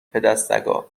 پدسگا